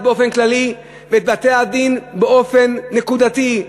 באופן כללי ואת בתי-הדין באופן נקודתי.